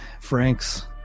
Frank's